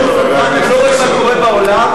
אתם לא רואים מה קורה בעולם?